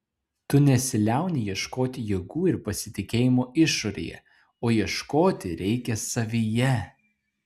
tu nesiliauni ieškoti jėgų ir pasitikėjimo išorėje o ieškoti reikia savyje